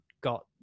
got